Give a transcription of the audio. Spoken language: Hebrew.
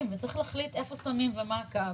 וצריך להחליט איפה שמים אותו ומה הקו.